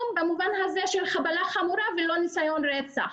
במובן הזה של חבלה חמורה ולא ניסיון לרצח.